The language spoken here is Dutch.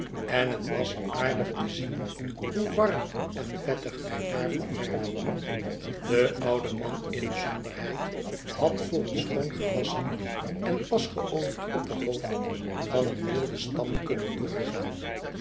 en het was aardig te zien hoe warm en vettig wij daarvan werden de oude man inzonderheid had voor een schoon gewasschen en pas geolied opperhoofd van een wilden stam kunnen doorgaan